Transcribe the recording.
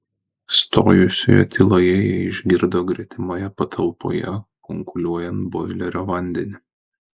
stojusioje tyloje jie išgirdo gretimoje patalpoje kunkuliuojant boilerio vandenį